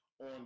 on